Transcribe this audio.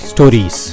Stories